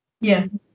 Yes